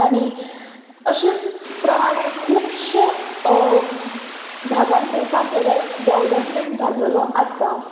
आनी अशे प्रमाणें खुबशे भागान पळोवपाक गेल्यार डेवलोपमेंट जाल्लोलो आसा